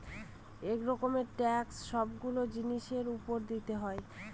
এক রকমের ট্যাক্স সবগুলো জিনিসের উপর দিতে হয়